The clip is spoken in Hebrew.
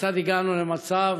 כיצד הגענו למצב